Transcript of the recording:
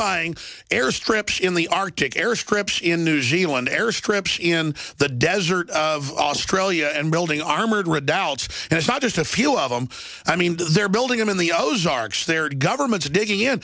buying air strips in the arctic air strips in new zealand air strips in the desert of australia and building armored redoubts and it's not just a few of them i mean they're building them in the ozarks their governments are digging in